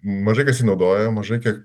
mažai kas jį naudoja mažai kiek